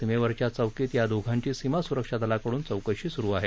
सीमेवरच्या चौकीत या दोघांची सीमा सुरक्षा दलाकडून चौकशी सुरु आहे